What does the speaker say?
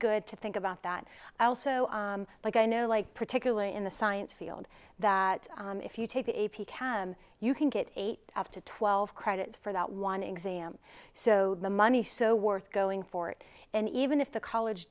good to think about that i also like i know like particularly in the science field that if you take the a p can you can get eight up to twelve credits for that one exam so the money so worth going for it and even if the college